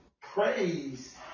Praise